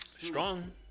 Strong